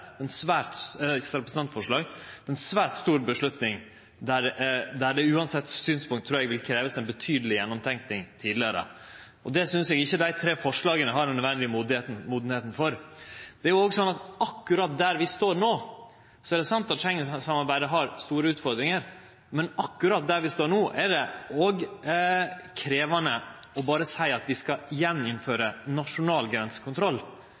ein har tenkt betydeleg gjennom det tidlegare, uansett synspunkt. Difor synest eg ikkje dei tre forslaga er modne nok. Det er òg slik at akkurat der vi står no, er det sant at Schengen-samarbeidet har store utfordringar, men akkurat der vi står no, er det òg krevjande berre å seie at vi skal